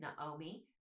Naomi